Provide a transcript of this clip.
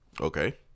Okay